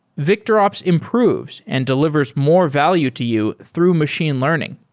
victorops improves and delivers more value to you through machine learning.